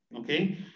Okay